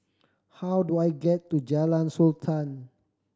how do I get to Jalan Sultan